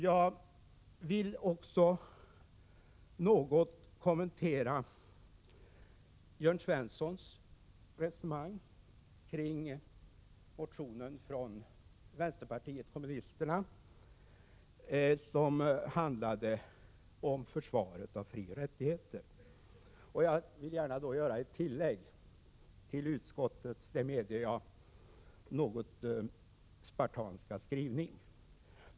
Jag vill också något kommentera Jörn Svenssons resonemang kring motionen från vpk om försvaret av frioch rättigheter. Jag vill gärna göra ett tillägg till utskottets — det medger jag — något spartanska skrivning.